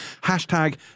hashtag